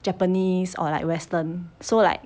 japanese or like western so like